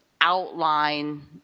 outline